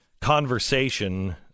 conversation